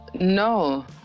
No